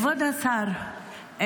כבוד השר,